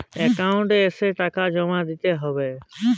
Account এসে টাকা জমা দিতে হবে?